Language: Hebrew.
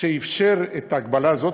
שאפשר את ההגבלה הזאת?